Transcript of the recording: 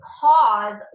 pause